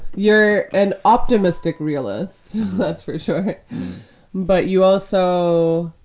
you're an optimistic realist. that's for sure but you also.